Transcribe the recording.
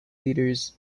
leaders